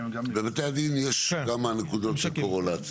לבתי הדין יש כמה נקודות של קאורלציה.